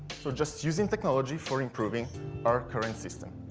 so just using technology for improving our current system.